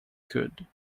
could